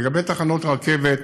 לגבי תחנות הרכבת,